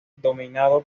dominado